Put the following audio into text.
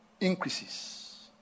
increases